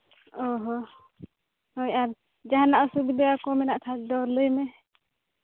ᱚ ᱦᱳᱭ ᱟᱨ ᱡᱟᱦᱟᱱᱟᱜ ᱚᱥᱩᱵᱤᱫᱷᱟ ᱠᱚ ᱢᱮᱱᱟᱜ ᱠᱷᱟᱱ ᱫᱚ ᱞᱟᱹᱭ ᱢᱮ